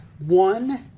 One